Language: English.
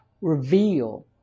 Reveal